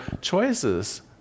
choices